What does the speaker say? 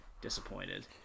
disappointed